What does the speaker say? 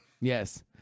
Yes